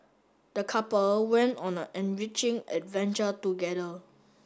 the couple went on an enriching adventure together